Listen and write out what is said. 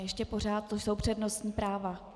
Ještě pořád tu jsou přednostní práva.